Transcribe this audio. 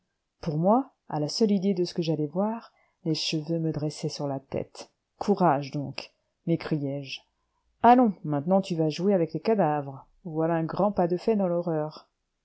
pour moi à la seule idée de ce que j'allais voir les cheveux me dressaient sur la tête courage donc m'écriai-je allons maintenant tu vas jouer avec les cadavres voilà un grand pas de fait dans l'horreur